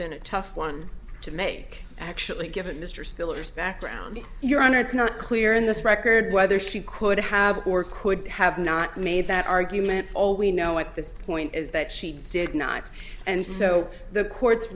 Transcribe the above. been a tough one to make actually given mr spillers background your honor it's not clear in this record whether she could have or could have not made that argument all we know at this point is that she did not and so the court